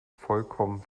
vollkommen